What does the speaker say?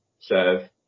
serve